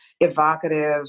evocative